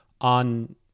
on